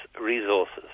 resources